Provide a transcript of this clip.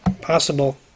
possible